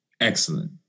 excellent